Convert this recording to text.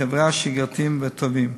וחברה שגרתיים וטובים.